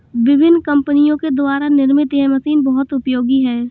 विभिन्न कम्पनियों के द्वारा निर्मित यह मशीन बहुत उपयोगी है